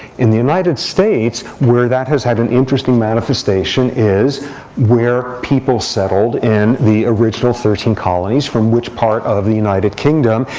in the united states, where that has had an interesting manifestation is where people settled in the original thirteen colonies, from which part of the united kingdom.